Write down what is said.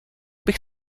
bych